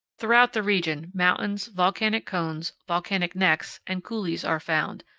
throughout the region mountains, volcanic cones, volcanic necks, and coulees are found,